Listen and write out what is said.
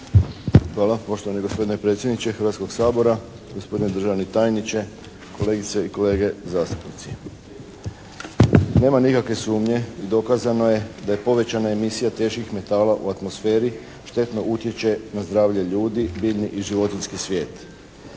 Hvala poštovani gospodine predsjedniče Hrvatskog sabora, gospodine državni tajniče, kolegice i kolege zastupnici. Nema nikakve sumnje i dokazano je da je povećana emisija teških metala u atmosferi štetno utječe na zdravlje ljudi, biljni i životinjski svijet.